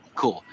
cool